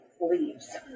leaves